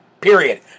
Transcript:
period